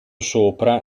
sopra